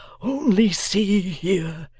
only see here.